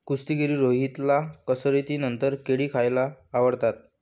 कुस्तीगीर रोहितला कसरतीनंतर केळी खायला आवडतात